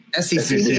SEC